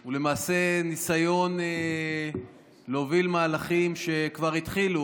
הוא למעשה ניסיון להוביל מהלכים שכבר התחילו.